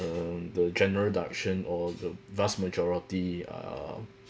um the general direction or the vast majority um